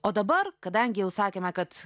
o dabar kadangi jau sakėme kad